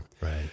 Right